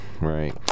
Right